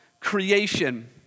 creation